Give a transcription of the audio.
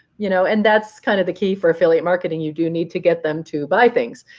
you know and that's kind of the key for affiliate marketing. you do need to get them to buy things.